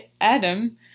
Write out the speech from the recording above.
Adam